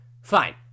fine